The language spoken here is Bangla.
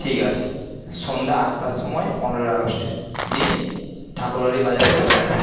ঠিক আছে সন্ধ্যা আটটার সময় পনেরো আগস্টের দিন ঠাকুরবাড়ি বাজারে চলে আসবেন